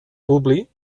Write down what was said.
publi